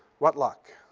what luck.